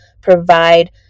provide